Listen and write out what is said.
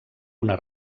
una